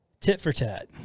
tit-for-tat